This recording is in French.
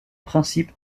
principe